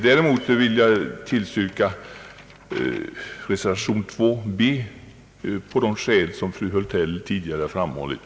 Däremot vill jag tillstyrka reservation b på de skäl fru Hultell tidigare framfört.